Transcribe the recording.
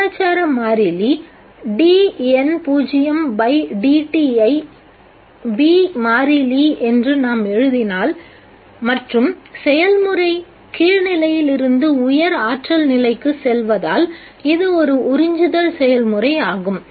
விகிதாசார மாறிலி dN0dt ஐ B மாறிலி என்று நாம் எழுதினால் மற்றும் செயல்முறை கீழ் நிலையிலிருந்து உயர் ஆற்றல் நிலைக்கு செல்வதால் இது ஒரு உறிஞ்சுதல் செயல்முறை ஆகும்